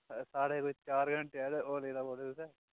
साढ़ै कोई चार घैण्टै ऐ ते